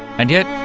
and yet,